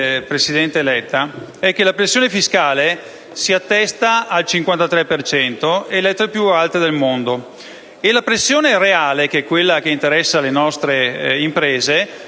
presidente Letta, è che la pressione fiscale si attesta al 53 per cento, è tra le più alte del mondo, e la pressione reale, che è quella che interessa alle nostre imprese,